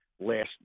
last